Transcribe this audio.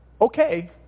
okay